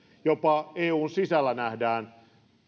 jopa eun sisällä nähdään